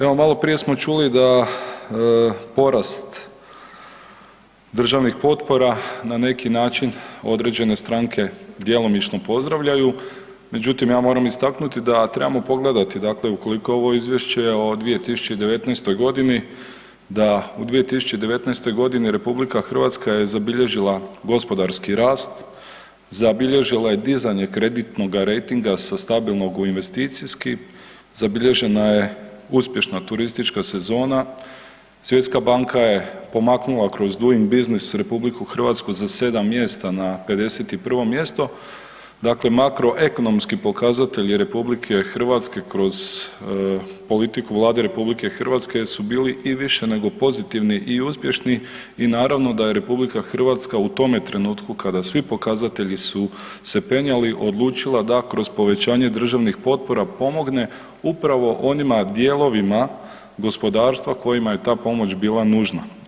Evo maloprije smo čuli da porast državnih potpora na neki način određene stranke djelomično pozdravljaju, međutim ja moram istaknuti da trebamo pogledati ukoliko ovo izvješće o 2019.g. da u 2019.g. RH je zabilježila gospodarski rast, zabilježila je dizanje kreditnoga rejtinga sa stabilnog u investicijski, zabilježena je uspješna turistička sezona, Svjetska banka je pomaknula kroz Doing Business RH za sedam mjesta na 51.mjesto, dakle makroekonomski pokazatelji RH kroz politiku Vlade RH su bili i više nego pozitivni i uspješni i naravno da je RH u tome trenutku kada su svi pokazatelji penjali odlučila da kroz povećanje državnih potpora pomogne upravnom onim dijelovima gospodarstva kojima je ta pomoć bila nužna.